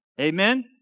Amen